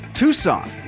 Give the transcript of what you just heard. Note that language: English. Tucson